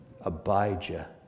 abijah